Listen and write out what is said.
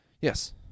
Yes